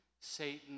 Satan